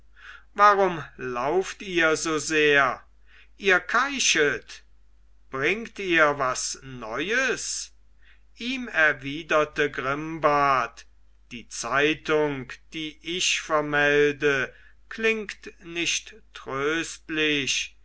warum lauft ihr so sehr ihr keichet bringt ihr was neues ihm erwiderte grimbart die zeitung die ich vermelde klingt nicht tröstlich